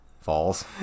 falls